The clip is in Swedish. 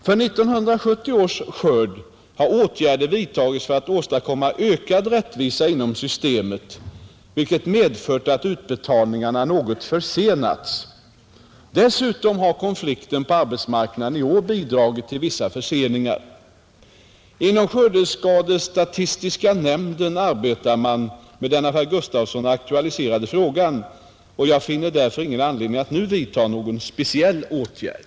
För 1970 års skörd har åtgärder vidtagits för att åstadkomma ökad rättvisa inom systemet, vilket medfört att utbetalningarna något försenats, Dessutom har konflikten på arbetsmarknaden i år bidragit till vissa förseningar. Inom skördestatistiska nämnden arbetar man med den av herr Gustavsson aktualiserade frågan, och jag finner därför ingen anledning att nu vidta någon speciell åtgärd.